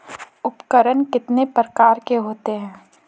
उपकरण कितने प्रकार के होते हैं?